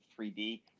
3D